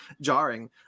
jarring